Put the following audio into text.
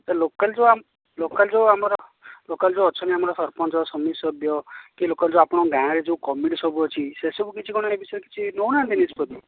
local ଯେଉଁ ଆମ local ଯେଉଁ ଆମର ଲୋକାଲ୍ ଯେଉଁ ଅଛନ୍ତି ଆମର ସରପଞ୍ଚ ସମିତି ସଭ୍ୟ କି ଲୋକାଲ୍ ଯେଉଁ ଆପଣଙ୍କ ଗାଁରେ ଯେଉଁ କମିଟି ସବୁ ଅଛି ସେ ସବୁ କିଛି ନ କିଛି ନଉନାହାନ୍ତି ନିଷ୍ପତ୍ତି